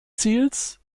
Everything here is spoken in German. ziels